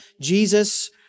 Jesus